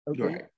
Okay